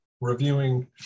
reviewing